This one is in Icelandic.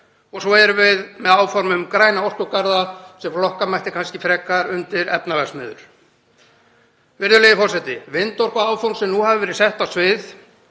Og svo erum við með áform um græna orkugarða sem flokka mætti kannski frekar undir efnaverksmiðjur. Virðulegi forseti. Vindorkuáform sem nú hafa verið sett á svið